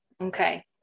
Okay